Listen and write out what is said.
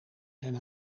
zijn